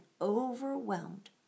overwhelmed